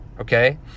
Okay